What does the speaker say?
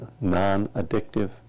Non-addictive